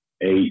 Eight